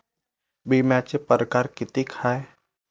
बिम्याचे परकार कितीक हाय?